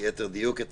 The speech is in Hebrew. ליתר דיוק, את